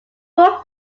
full